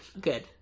good